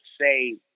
say